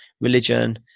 religion